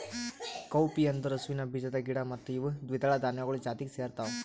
cowpea ಅಂದುರ್ ಹಸುವಿನ ಬೀಜದ ಗಿಡ ಮತ್ತ ಇವು ದ್ವಿದಳ ಧಾನ್ಯಗೊಳ್ ಜಾತಿಗ್ ಸೇರ್ತಾವ